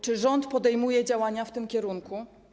Czy rząd podejmuje działania w tym kierunku?